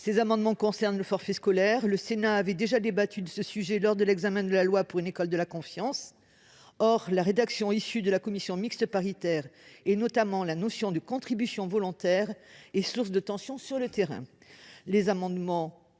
Ces amendements concernent le forfait scolaire ; le Sénat avait déjà débattu de ce sujet lors de l'examen de la loi pour une école de la confiance. Or la rédaction issue de la commission mixte paritaire, notamment la notion de contribution volontaire, est source de tensions sur le terrain.